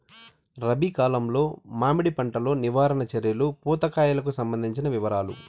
రబి కాలంలో మామిడి పంట లో నివారణ చర్యలు పూత కాయలకు సంబంధించిన వివరాలు?